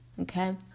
Okay